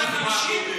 תורת לחימה,